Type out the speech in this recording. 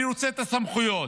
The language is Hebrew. אני רוצה את הסמכויות,